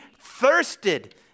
thirsted